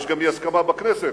יש אי-הסכמה גם בכנסת,